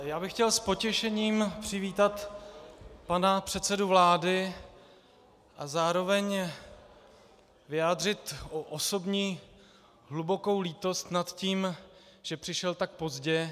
Já bych chtěl s potěšením přivítat pana předsedu vlády a zároveň vyjádřit osobní hlubokou lítost nad tím, že přišel tak pozdě.